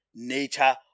nature